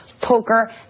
poker